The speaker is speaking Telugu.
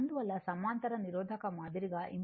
అందువల్ల సమాంతర నిరోధక మాదిరిగా ఇంపెడెన్స్ ఉంది